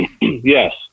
yes